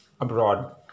abroad